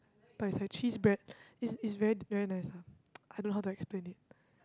but it's like cheese bread it's it's very very nice ah I don't know how to explain it